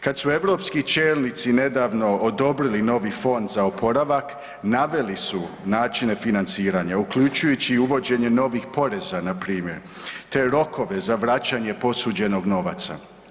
Kada su europski čelnici nedavno odobrili novi fond za oporavak naveli su načine financiranja, uključujući i uvođenje novih poreza npr. te rokove za vraćanje posuđenog novca.